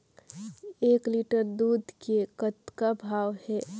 एक लिटर दूध के कतका भाव हे?